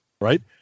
Right